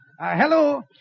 Hello